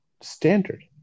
standard